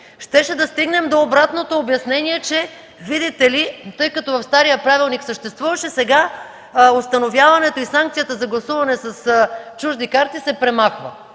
щяхме да стигнем до обратното обяснение, че видите ли, след като в стария правилник съществуваше установяването и санкцията за гласуване с чужди карти, сега се премахва.